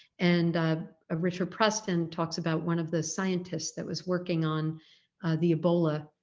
and ah richard preston talks about one of the scientists that was working on the ebola